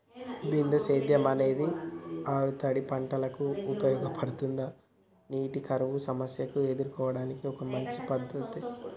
బిందు సేద్యం అనేది ఆరుతడి పంటలకు ఉపయోగపడుతుందా నీటి కరువు సమస్యను ఎదుర్కోవడానికి ఒక మంచి పద్ధతి?